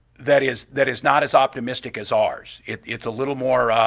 that is that is not as optimistic as ours. it's it's a little more